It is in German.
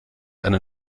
eine